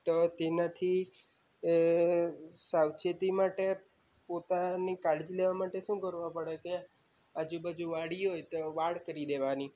તો તેનાથી સાવચેતી માટે પોતાની કાળજી લેવા માટે શું કરવા પડે કે આજુબાજુ વાડી હોય તો વાડ કરી દેવાની